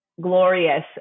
glorious